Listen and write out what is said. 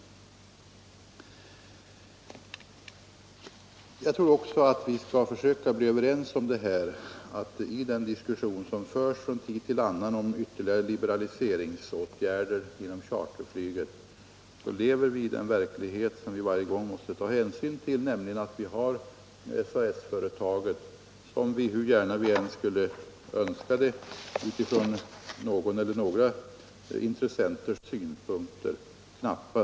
Jag tycker också vi skall försöka bli ense om att i den diskussion som från tid till annan förs om ytterligare liberaliseringsåtgärder inom charterflyget måste vi ändå ta med den verklighet som vi lever i och som vi alltid måste ta hänsyn till, nämligen den att vi har SAS företaget som vi knappast kan komma förbi, hur gärna vi än skulle vilja det utifrån någon eller några intressenters synpunkter.